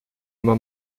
uma